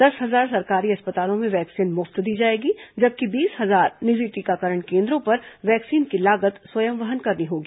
दस हजार सरकारी अस्पतालों में वैक्सीन मुफ्त दी जाएगी जबकि बीस हजार निजी टीकाकरण केंद्रों पर वैक्सीन की लागत स्वयं वहन करनी होगी